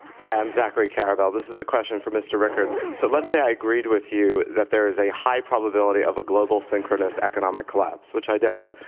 hi. i'm zachary karabell. this is a question for mr. rickards. so let's say i agreed with you that there is a high probability of a global synchronous economic collapse, which i don't,